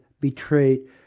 betrayed